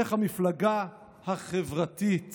איך המפלגה החברתית